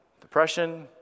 depression